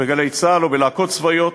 ב"גלי צה"ל" או בלהקות צבאיות,